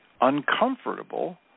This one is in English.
Uncomfortable